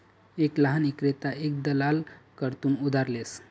एक लहान ईक्रेता एक दलाल कडथून उधार लेस